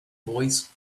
voice